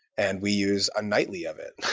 and we use a nightly of it.